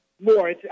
more